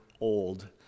old